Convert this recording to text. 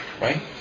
Right